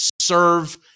serve